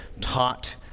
taught